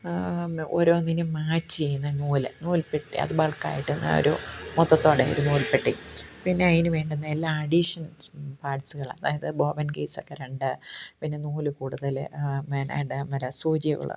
പിന്നെ ഓരോന്നിനും മാച്ച് ചെയ്യുന്ന നൂല് നൂല്പ്പെട്ടി അത് ബള്ക്ക് ആയിട്ടന്നാ ഒരു മൊത്തത്തോടെ ഒരു നൂല്പ്പെട്ടി പിന്നെ അതിന് വേണ്ടുന്ന എല്ലാ അഡീഷന്സ് പാട്ട്സ്കളാണ് അതായത് ബോമന് കേയ്സൊക്കെ രണ്ട് പിന്നെ നൂൽ കൂടുതൽ മെന ഇടാന് വരെ സൂചിയുള്ള